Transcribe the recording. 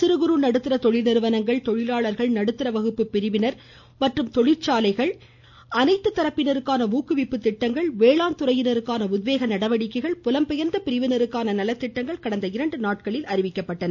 சிறு குறு நடுத்தர தொழில் நிறுவனங்கள் தொழிலாளர்கள் நடுத்தர வகுப்பு பிரிவினர் மற்றும் தொழிற்சாலைகள் உள்ளிட்ட அனைத்து தரப்பினருக்கான ஊக்குவிப்பு திட்டங்கள் வேளாண் துறையினருக்கான உத்வேக நடவடிக்கைகள் புலம்பெயர்ந்த பிரிவினருக்கான நலத்திட்டங்கள் கடந்த இரண்டு நாட்களில் அறிவிக்கப்பட்டன